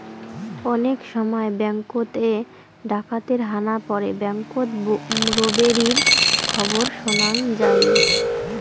অনেক সময় ব্যাঙ্ককোত এ ডাকাতের হানা পড়ে ব্যাঙ্ককোত রোবেরির খবর শোনাং যাই